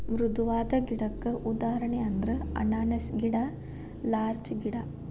ಮೃದುವಾದ ಗಿಡಕ್ಕ ಉದಾಹರಣೆ ಅಂದ್ರ ಅನಾನಸ್ ಗಿಡಾ ಲಾರ್ಚ ಗಿಡಾ